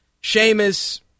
Sheamus